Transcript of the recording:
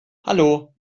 hallo